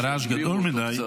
הרעש גדול מדי.